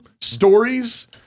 stories